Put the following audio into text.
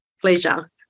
Pleasure